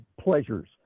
pleasures